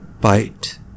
bite